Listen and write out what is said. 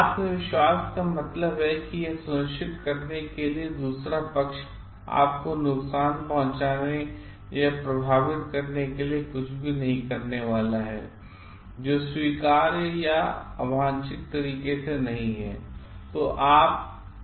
आत्मविश्वास का मतलब यह है कि यह सुनिश्चित करने के लिए कि दूसरा पक्ष आपको नुकसान पहुंचाने या प्रभावित करने के लिए कुछ भी करने वाला नहीं है जो स्वीकार्य या अवांछित तरीके से नहीं है